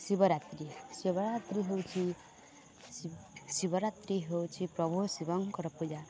ଶିବରାତ୍ରି ଶିବରାତ୍ରି ହେଉଛି ଶିବରାତ୍ରି ହେଉଛି ପ୍ରଭୁ ଶିବଙ୍କର ପୂଜା